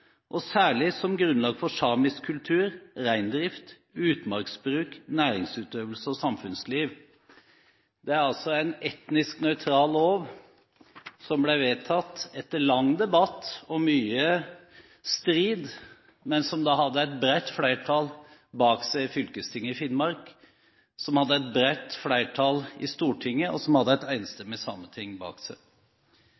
og særlig som grunnlag for samisk kultur, reindrift, utmarksbruk, næringsutøvelse og samfunnsliv.» Det er altså en etnisk nøytral lov, som ble vedtatt etter lang debatt og mye strid, men som hadde et bredt flertall bak seg i fylkestinget i Finnmark, som hadde et bredt flertall i Stortinget, og som hadde et